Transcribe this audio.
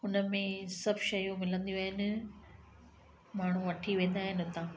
उनमें सभु शयूं मिलंदियूं आहिनि माण्हू वठी वेंदा आहिनि हुतां